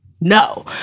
No